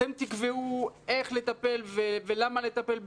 אתם תקבעו איך לטפל ולמה לטפל,